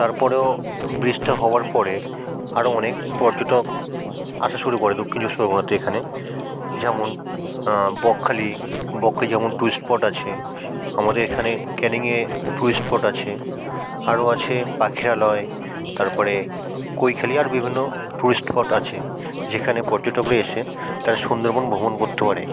তারপরেও ব্রিজটা হওয়ার পরে আরও অনেক পর্যটক আসা শুরু করে দক্ষিণ চব্বিশ পরগনাতে এখানে যেমন বকখালি বকখালি যেমন টুরিস্ট স্পট আছে আমাদের এখানে ক্যানিংয়ে টুরিস্ট স্পট আছে আরও আছে পাখিরালয় তারপরে কৈখালী আর বিভিন্ন টুরিস্ট স্পট আছে যেখানে পর্যটকরা এসে তারা সুন্দরবন ভ্রমণ করতে পারে